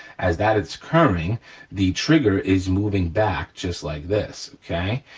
as that's occurring the trigger is moving back just like this, okay,